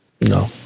No